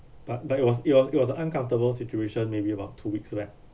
but but it was it was it was uncomfortable situation maybe about two weeks back